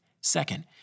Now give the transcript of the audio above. Second